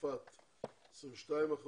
צרפת 22%,